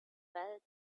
felt